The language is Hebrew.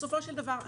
בסופו של דבר,